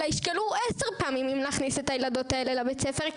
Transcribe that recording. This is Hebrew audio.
אלא ישקלו עשר פעמים אם להכניס את הילדות האלה לבית הספר,